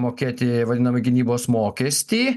mokėti vadinamąjį gynybos mokestį